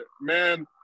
man